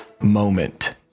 moment